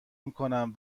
میکنم